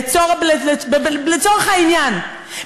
לצורך העניין,